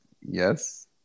Yes